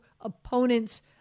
opponents